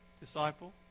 disciple